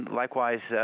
likewise